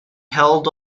held